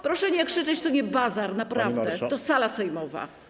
Proszę nie krzyczeć, to nie bazar, naprawdę, to sala sejmowa.